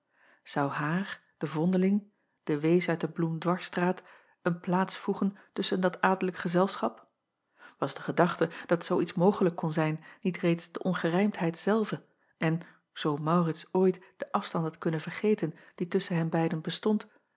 ou haar de vondeling de wees uit de loemdwarsstraat een plaats voegen tusschen dat adellijk gezelschap as de gedachte dat zoo iets mogelijk kon zijn niet reeds de ongerijmdheid zelve en zoo aurits ooit den afstand had kunnen vergeten die tusschen hen beiden bestond